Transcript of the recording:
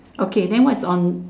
okay then what's on